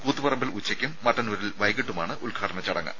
കൂത്തുപറമ്പിൽ ഉച്ചയ്ക്കും മട്ടന്നൂരിൽ വൈകിട്ടുമാണ് ഉദ്ഘാടന ചടങ്ങ്